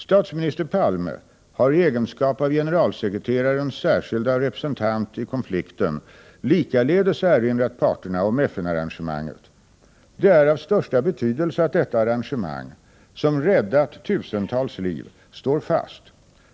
Statsminister Olof Palme har i egenskap av generalsekreterarens särskilda representant i konflikten likaledes erinrat parterna om FN-arrangemanget. Det är av största betydelse att detta arrangemang, som räddat tusentals liv, står fast.